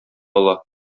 ала